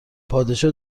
پادشاه